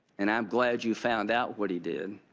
and i'm glad you found out what he did.